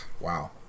wow